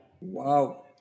Wow